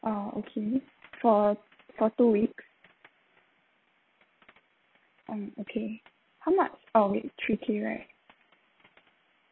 ah okay for for two weeks um okay how much uh wait three K right